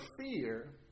fear